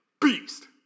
Beast